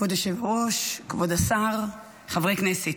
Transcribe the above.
כבוד היושב-ראש, כבוד השר, חברי הכנסת,